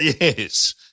yes